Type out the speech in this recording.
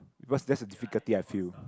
because that's the difficulty I feel